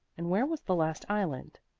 and where was the last island?